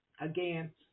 Again